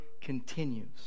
continues